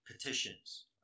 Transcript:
petitions